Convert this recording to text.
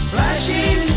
Flashing